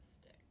stick